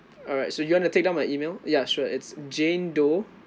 alright so you wanna take down my email ya sure it's jane doe